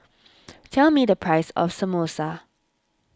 tell me the price of Samosa